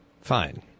fine